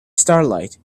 starlight